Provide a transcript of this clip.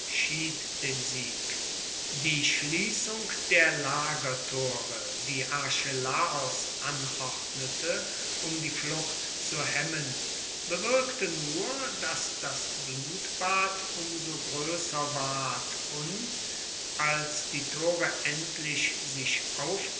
den sieg die schließung der lagertore die archelaos anordnete um die flucht zu hemmen bewirkte nur daß das blutbad um so größer ward und als die tore endlich sich